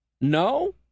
No